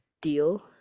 deal